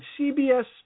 CBS